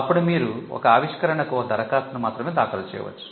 అప్పుడు మీరు ఒక ఆవిష్కరణకు ఒక దరఖాస్తును మాత్రమే దాఖలు చేయవచ్చు